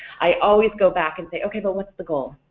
i always go back and say okay but what's the goal?